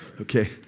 Okay